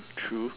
mm true